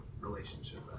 relationship